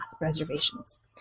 reservations